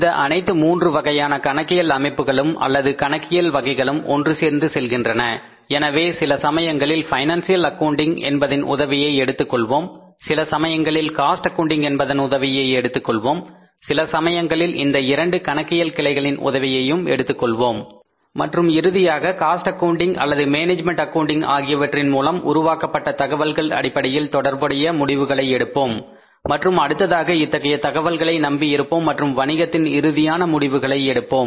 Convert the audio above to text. இந்த அனைத்து மூன்று வகையான கணக்கியல் அமைப்புகளும் அல்லது கணக்கியல் வகைகளும் ஒன்று சேர்ந்து செல்கின்றன எனவே சிலசமயங்களில் பைனான்சியல் அக்கவுண்டிங் என்பதின் உதவியை எடுத்துக்கொள்வோம் சில சமயங்களில் காஸ்ட் அக்கவுண்டிங் என்பதன் உதவியை எடுத்துக் கொள்வோம் சில சமயங்களில் இந்த இரண்டு கணக்கியல் கிளைகளின் உதவியையும் எடுத்துக்கொள்வோம் மற்றும் இறுதியாக காஸ்ட் அக்கவுண்டிங் அல்லது மேனேஜ்மெண்ட் அக்கவுண்டிங் ஆகியவற்றின் மூலம் உருவாக்கப்பட்ட தகவல்கள் அடிப்படையில் தொடர்புடைய முடிவுகளை எடுப்போம் மற்றும் அடுத்ததாக இத்தகைய தகவல்களை நம்பியிருப்போம் மற்றும் வணிகத்தின் இறுதியான முடிவுகளை எடுப்போம்